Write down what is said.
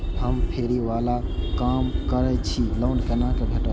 हम फैरी बाला काम करै छी लोन कैना भेटते?